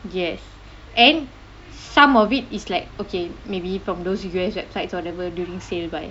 ya and some of it is like okay maybe from those U_S websites whatever during sale buy